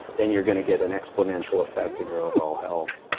then you're going to get an exponential effect in your overall health